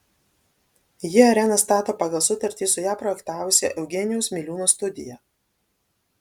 ji areną stato pagal sutartį su ją projektavusia eugenijaus miliūno studija